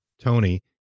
Tony